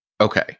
Okay